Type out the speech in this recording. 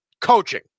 coaching